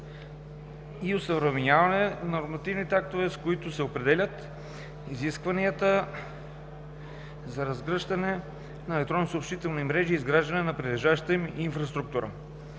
и осъвременяване на нормативните актове, с които се определят изискванията за разгръщане на електронни съобщителни мрежи и изграждане на прилежащата им инфраструктура.